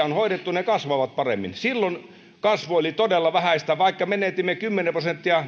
on hoidettu ne kasvavat paremmin silloin kasvu oli todella vähäistä vaikka menetimme maitammekin kymmenen prosenttia